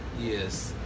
Yes